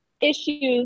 issues